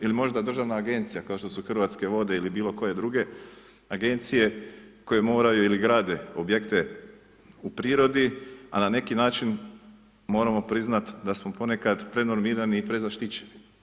Ili možda državna agencija kao što su Hrvatske vode ili bilo koje druge agencije koje moraju ili grade objekte u prirodi, a na neki način moramo priznati da smo ponekad prenormirani i prezaštićeni.